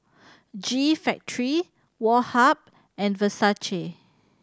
G Factory Woh Hup and Versace